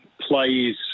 plays